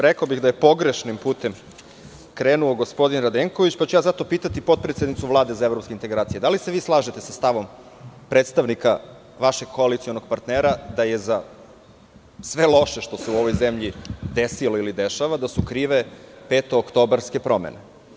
Rekao bih da je pogrešni putem krenuo gospodin Radenković, pa ću zato pitati potpredsednicu Vlade za evropske integracije – da li se vi slažete sa stavom predstavnika vašeg koalicionog partnera da su za sve loše što se u ovoj zemlji desilo ili dešava krive petooktobarske promene.